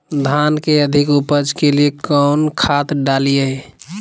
धान के अधिक उपज के लिए कौन खाद डालिय?